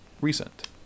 recent